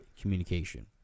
communication